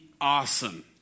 awesome